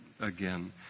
again